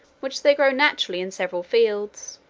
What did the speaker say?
which there grow naturally in several fields